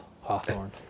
hawthorne